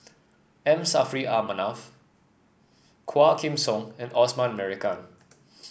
M Saffri A Manaf Quah Kim Song and Osman Merican